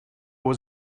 was